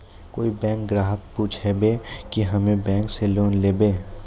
कोई बैंक ग्राहक पुछेब की हम्मे बैंक से लोन लेबऽ?